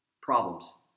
problems